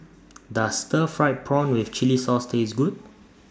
Does Stir Fried Prawn with Chili Sauce Taste Good